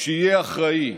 שיהיה אחראי.